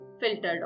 filtered